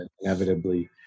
inevitably